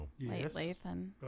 Lathan